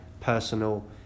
personal